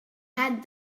had